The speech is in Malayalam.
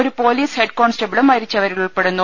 ഒരു പൊലീസ് ഹെഡ്കോൺസ്റ്റബിളും മരിച്ചവരിൽ ഉൾപ്പെടുന്നു